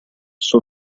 suo